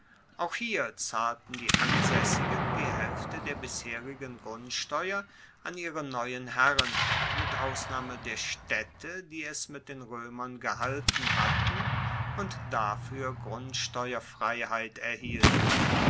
auch hier zahlten die ansaessigen die haelfte der bisherigen grundsteuer an ihre neuen herren mit ausnahme der staedte die es mit den roemern gehalten hatten und dafuer grundsteuerfreiheit erhielten